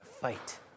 fight